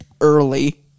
early